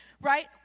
right